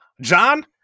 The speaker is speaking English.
John